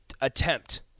attempt